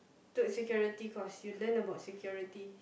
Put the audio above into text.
took security course you learn about security